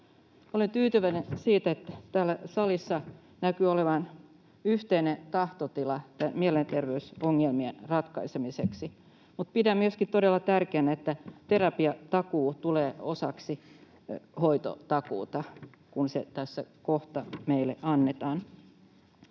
Olen tyytyväinen siitä, että täällä salissa näkyy olevan yhteinen tahtotila mielenterveysongelmien ratkaisemiseksi, mutta pidän myöskin todella tärkeänä, että terapiatakuu tulee osaksi hoitotakuuta, kun se tässä kohta meille annetaan.